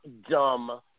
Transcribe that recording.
dumb